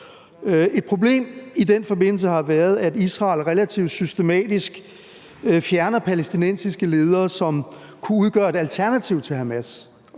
Et problem i den forbindelse har været, at Israel relativt systematisk fjerner palæstinensiske ledere, som kunne udgøre et alternativ til Hamas,